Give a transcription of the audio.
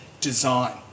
design